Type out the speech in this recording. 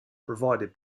provided